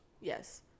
yes